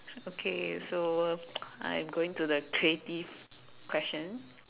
okay so uh I'm going to the creative question